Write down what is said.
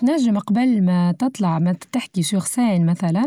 تنچم أقبل ما تطلع ما بتحكي شخصياً مثلا